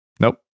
Nope